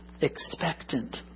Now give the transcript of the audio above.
expectant